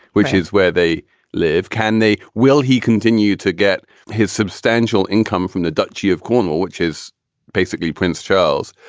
which is where they live? can they? will he continue to get his substantial income from the duchess of cornwall, which is basically prince charles?